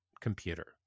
computer